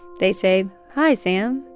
they say, hi, sam.